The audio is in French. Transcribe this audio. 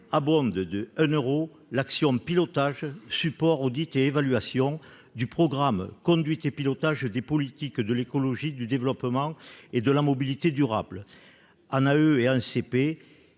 abonder de 1 euro l'action Pilotage, support, audit et évaluations du programme « Conduite et pilotage des politiques de l'écologie, du développement et de la mobilité durables », en